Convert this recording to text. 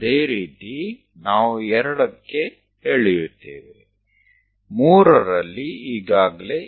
એ જ રીતે આપણે 2 3 માટે દોરીશું